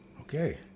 okay